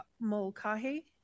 Mulcahy